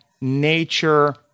nature